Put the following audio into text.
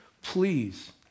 please